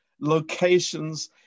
locations